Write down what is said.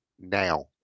now